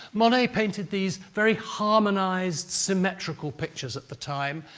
monet painted these very harmonised, symmetrical pictures at the time.